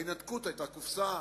ההינתקות היתה קופסה,